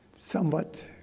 somewhat